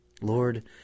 Lord